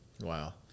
Wow